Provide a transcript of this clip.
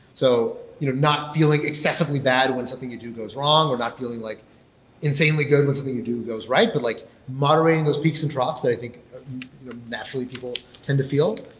so you know not feeling excessively bad when something you do goes wrong, or not feeling like insanely good when something you do goes right, but like moderating those peaks and drops that i think naturally people tend to feel.